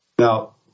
Now